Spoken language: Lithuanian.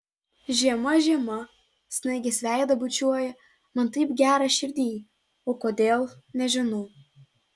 žiema žiema snaigės veidą bučiuoja man taip gera širdyj o kodėl nežinau